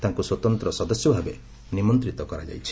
ତାଙ୍କୁ ସ୍ୱତନ୍ତ ସଦସ୍ୟଭାବେ ନିମନ୍ତିତ କରାଯାଇଛି